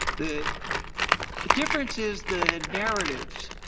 the the difference is the narratives.